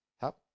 help